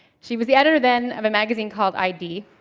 she was the editor then of a magazine called id,